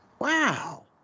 Wow